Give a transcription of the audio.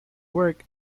work